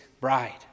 bride